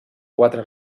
quatre